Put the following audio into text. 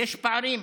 יש פערים.